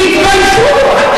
מה הוא עשה לפני?